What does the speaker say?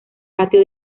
patio